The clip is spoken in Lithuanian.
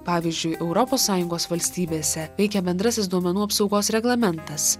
pavyzdžiui europos sąjungos valstybėse veikia bendrasis duomenų apsaugos reglamentas